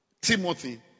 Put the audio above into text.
Timothy